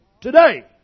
today